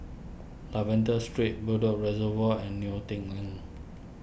Lavender Street Bedok Reservoir and Neo Tiew Lane